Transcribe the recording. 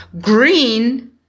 green